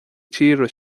tíre